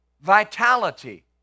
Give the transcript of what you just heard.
vitality